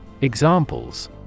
Examples